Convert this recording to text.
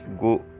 go